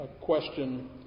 question